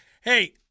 Hey